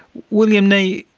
william nee,